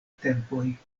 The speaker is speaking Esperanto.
tempoj